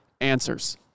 answers